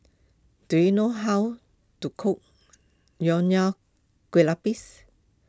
do you know how to cook Nonya Kueh Lapis